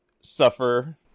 suffer